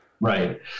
Right